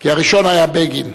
כי הראשון היה בגין.